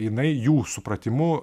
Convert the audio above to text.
jinai jų supratimu